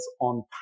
on